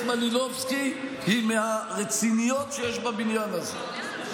מלינובסקי היא מהרציניות שיש בבניין הזה,